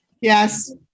Yes